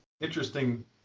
interesting